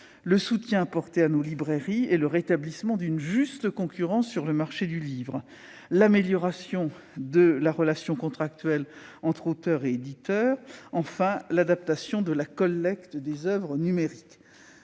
le soutien apporté à nos librairies et le rétablissement d'une juste concurrence sur le marché du livre ; l'amélioration de la relation contractuelle entre auteurs et éditeurs ; enfin, l'adaptation de la collecte des oeuvres numériques.